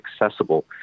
accessible